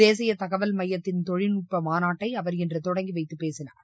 தேசிய தகவல் மையத்தின் தொழில்நுட்ப மாநாட்டை அவர் இன்று தொடங்கி வைத்துப் பேசினார்